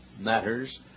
matters